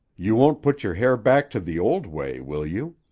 you won't put your hair back to the old way, will you?